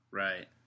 right